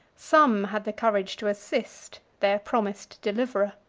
some had the courage to assist, their promised deliverer.